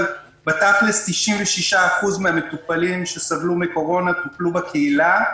אבל בתכלס 96% מן המטופלים שסבלו מקורונה טופלו בקהילה.